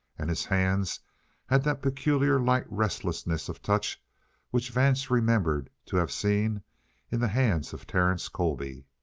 and his hands had that peculiar light restlessness of touch which vance remembered to have seen in the hands of terence colby,